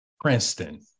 Princeton